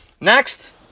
Next